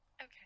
Okay